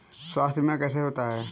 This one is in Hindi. स्वास्थ्य बीमा कैसे होता है?